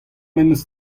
memes